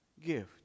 gift